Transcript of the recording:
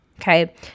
okay